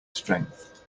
strength